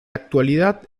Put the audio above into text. actualidad